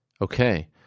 Okay